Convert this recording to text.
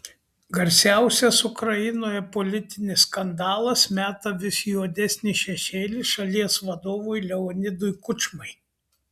garsiausias ukrainoje politinis skandalas meta vis juodesnį šešėlį šalies vadovui leonidui kučmai